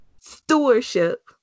stewardship